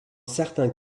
certains